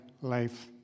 life